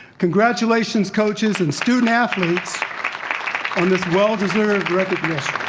congratulations coaches and student athletes on this well-deserved recognition.